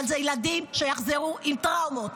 אבל אלה ילדים שיחזרו עם טראומות.